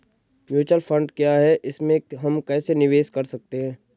Mutual fund क्या है इसमें हम कैसे निवेश कर सकते हैं?